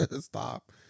stop